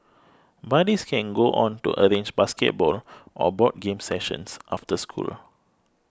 buddies can go on to arrange basketball or board games sessions after school